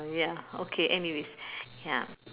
ya okay anyways ya